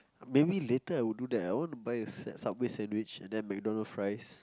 maybe later I would do that ah I want to buy a sand~ subway sandwich and then MacDonald fries